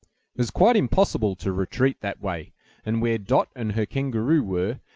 was quite impossible to retreat that way and where dot and her kangaroo were,